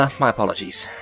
ah my apologies,